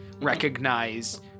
recognize